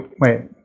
wait